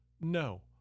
no